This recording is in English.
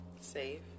safe